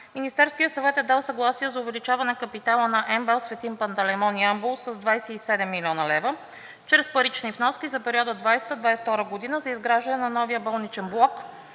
Министерският съвет е дал съгласие за увеличаване капитала на МБАЛ „Свети Пантелеймон“ – град Ямбол, с 27 млн. лв. чрез парични вноски за периода 2020 –2022 г. за изграждане на новия болничен блок